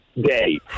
day